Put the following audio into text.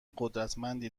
قدرتمندی